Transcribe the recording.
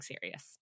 serious